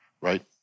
right